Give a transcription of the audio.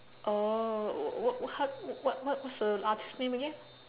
oh wh~ what what what was the artiste's name again